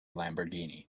lamborghini